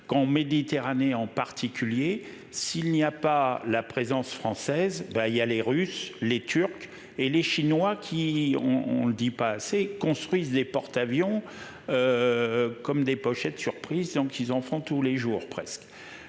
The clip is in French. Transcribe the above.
Méditerranée en particulier s'il n'y a pas la présence française. Ben il y a les Russes les Turcs et les Chinois qui ont, on le dit pas assez construisent des porte-avions. Comme des pochettes surprise donc ils en font tous les jours, presque